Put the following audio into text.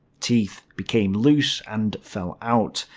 teeth became loose and fell out.